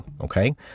okay